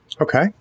Okay